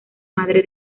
madre